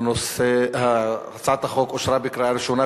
התשע"ב 2012,